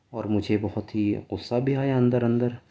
اور مجھے بہت ہی غصہ بھی آیا اندر اندر